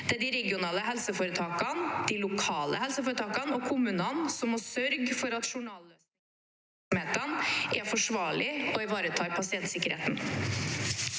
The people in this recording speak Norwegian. Det er de regionale helseforetak ene, de lokale helseforetakene og kommunene som må sørge for at journalløsninger i virksomhetene er forsvarlige og ivaretar pasientsikkerheten.